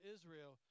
Israel